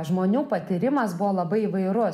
žmonių patyrimas buvo labai įvairus